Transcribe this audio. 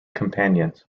companions